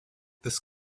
this